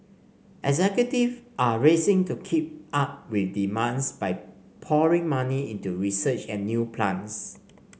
executive are racing to keep up with demands by pouring money into research and new plants